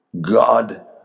God